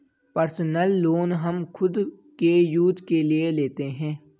personal loan हम खुद के यूज के लिए लेते है